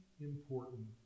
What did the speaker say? important